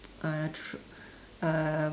uh tr~ uh